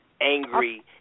angry